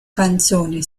canzoni